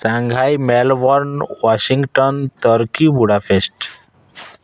Shanghai Melbourne Washington turkey Budapest